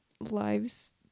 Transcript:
lives